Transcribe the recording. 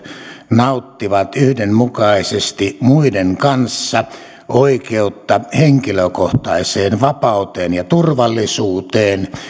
nauttivat yhdenmukaisesti muiden kanssa oikeutta henkilökohtaiseen vapauteen ja turvallisuuteen